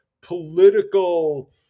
political